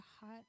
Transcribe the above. hot